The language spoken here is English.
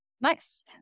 Nice